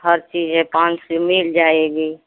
हर चीज हैं पाँच से मिल जाएगी